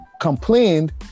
complained